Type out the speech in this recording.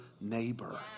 neighbor